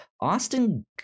Austin